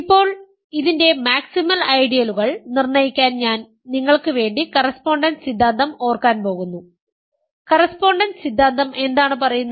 ഇപ്പോൾ ഇതിന്റെ മാക്സിമൽ ഐഡിയലുകൾ നിർണ്ണയിക്കാൻ ഞാൻ നിങ്ങൾക്ക് വേണ്ടി കറസ്പോണ്ടൻസ് സിദ്ധാന്തം ഓർക്കാൻ പോകുന്നു കറസ്പോണ്ടൻസ് സിദ്ധാന്തം എന്താണ് പറയുന്നത്